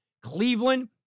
Cleveland